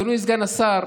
אדוני סגן השר,